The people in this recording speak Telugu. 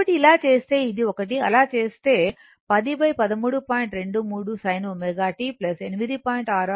కాబట్టి అలా చేస్తే ఇది ఒకటి అలా చేస్తే 10 13